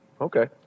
Okay